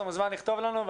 הוא מוזמן לכתוב לנו.